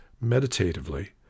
meditatively